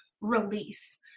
release